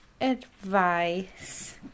advice